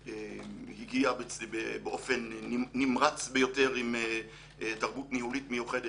חמישה חודשים במערך והגיע באופן נמרץ ביותר עם תרבות ניהולית מיוחדת,